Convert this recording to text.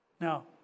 Now